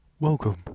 Welcome